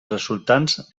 resultants